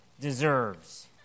deserves